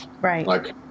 Right